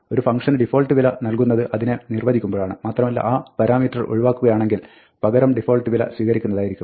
ഒരു ഫംഗ്ഷന് ഡിഫാൾട്ട് വില നൽകുന്നത് അതിനെ നിർവ്വചിക്കുമ്പോഴാണ് മാത്രമല്ല ആ പരാമീറ്റർ ഒഴിവാക്കുകയാണെങ്കിൽ പകരം ഡിഫാൾട്ട് വില സ്വീകരിക്കുന്നതായിരിക്കും